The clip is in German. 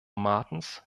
martens